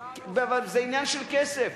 כסף, זה עניין של כסף.